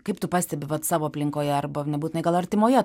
kaip tu pastebi vat savo aplinkoje arba nebūtinai gal artimoje